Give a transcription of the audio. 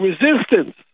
resistance